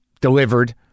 delivered